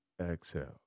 Exhale